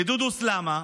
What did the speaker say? מדודו סלמה,